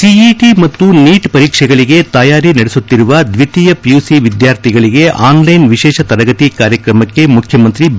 CET ಮತ್ತು NEET ಪರೀಕ್ಷೆಗಳಿಗೆ ತಯಾರಿ ನಡೆಸುತ್ತಿರುವ ದ್ವಿತೀಯ ಪಿಯುಸಿ ವಿದ್ವಾರ್ಥಿಗಳಿಗೆ ಆನ್ಲೈನ್ ವಿಶೇಷ ತರಗತಿ ಕಾರ್ಯಕ್ರಮಕ್ಕೆ ಮುಖ್ಯಮಂತ್ರಿ ಬಿ